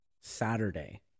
Saturday